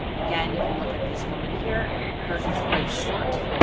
again, you can look at this woman here, hers was quite short,